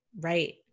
Right